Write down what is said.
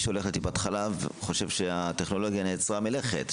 אגב מי שהולך לטיפת חלב חושב שהטכנולוגיה נעצרה מלכת.